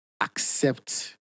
accept